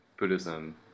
Buddhism